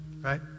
right